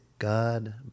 God